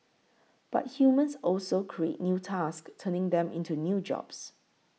but humans also create new tasks turning them into new jobs